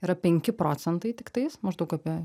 yra penki procentai tiktais maždaug apie